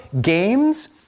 games